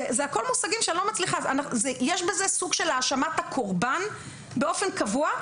יש בזה סוג של האשמת הקורבן באופן קבוע,